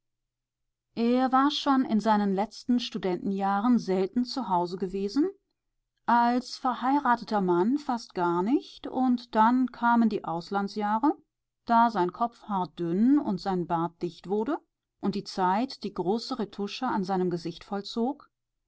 er war schon in seinen letzten studentenjahren selten zu hause gewesen als verheirateter mann fast gar nicht und dann kamen die auslandsjahre da sein kopfhaar dünn und sein bart dicht wurde und die zeit die große retouche an seinem gesicht